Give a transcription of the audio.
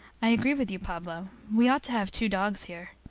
i agree with you, pablo. we ought to have two dogs here.